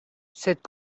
cette